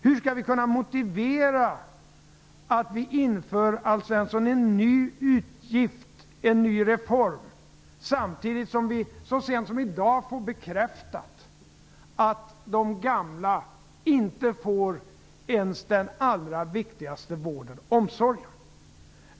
Hur skall man kunna motivera att en ny utgift, en ny reform, införs, samtidigt som vi så sent som i dag får bekräftat att de gamla i samhället inte ens får den allra viktigaste vården och omsorgen?